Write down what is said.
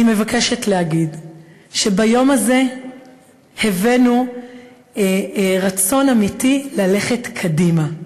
אני מבקשת להגיד שביום הזה הבאנו רצון אמיתי ללכת קדימה.